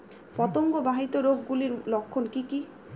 পতঙ্গ বাহিত রোগ গুলির লক্ষণ কি কি?